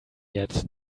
yet